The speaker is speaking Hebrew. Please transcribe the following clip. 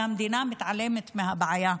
והמדינה מתעלמת מהבעיה,